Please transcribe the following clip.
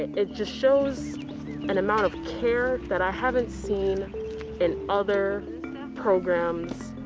it just shows an amount of care that i haven't seen in other programs,